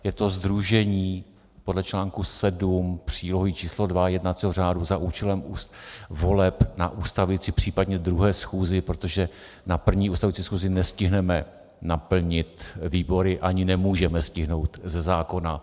Je to sdružení podle článku 7 přílohy číslo 2 jednacího řádu za účelem voleb na ustavující, případně druhé schůzi, protože na první, ustavující schůzi nestihneme naplnit výbory, ani nemůžeme stihnout ze zákona.